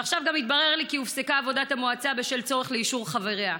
עכשיו גם התברר לי כי הופסקה עבודת המועצה בשל צורך לאישור חבריה.